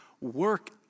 work